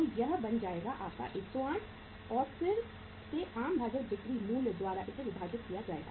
तो यह बन जाएगा आपका 108 और फिर से आम भाजक बिक्री मूल्य द्वारा इसे विभाजित किया जाएगा